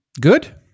Good